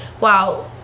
wow